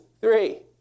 Three